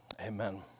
Amen